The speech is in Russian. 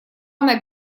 она